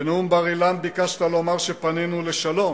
בנאום בר-אילן ביקשת לומר שפנינו לשלום